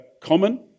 common